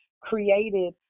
created